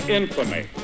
infamy